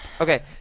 Okay